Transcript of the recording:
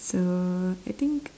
so I think